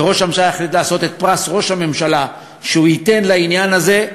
וראש הממשלה החליט על פרס ראש הממשלה שהוא ייתן לעניין הזה,